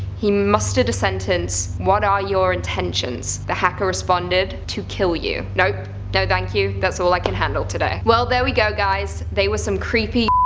he mustered a sentence what are your intentions the hacker responded, to kill you. nope, no thank you. that's all i can handle today. well there we go guys. they were some creepy,